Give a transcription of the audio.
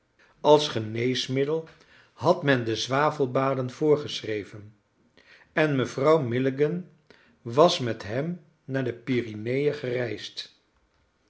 als geneesmiddel had men de zwavelbaden voorgeschreven en mevrouw milligan was met hem naar de pyreneën gereisd